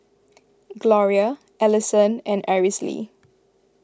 Gloria Alyson and Aracely